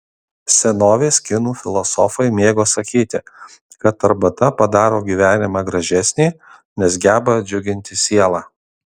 senovės kinų filosofai mėgo sakyti kad arbata padaro gyvenimą gražesnį nes geba džiuginti sielą